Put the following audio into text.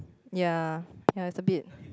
ya ya it's a bit